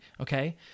okay